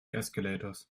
escalators